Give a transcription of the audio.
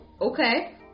okay